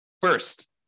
First